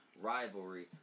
rivalry